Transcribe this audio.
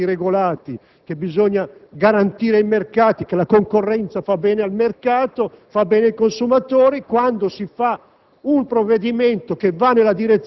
dicendo che bisogna avere mercati regolati, che bisogna garantire i mercati e che la concorrenza fa bene al mercato e ai consumatori; quando poi si